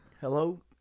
Hello